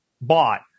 bought